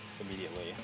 immediately